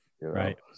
Right